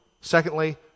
Secondly